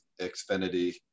Xfinity